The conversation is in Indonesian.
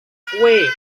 kue